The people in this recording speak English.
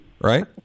right